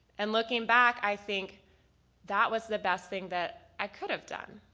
and looking back i think that was the best thing that i could've done.